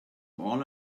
all